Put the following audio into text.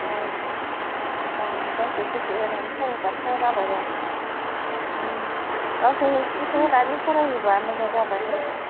औ गावसोर गोसो होनानै फरायबाथ' जाबाय र' गावसोर गोसो होनानै फरायोबा मोजां जाबाय